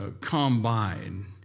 combine